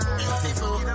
beautiful